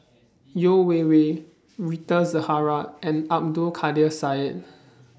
Yeo Wei Wei Rita Zahara and Abdul Kadir Syed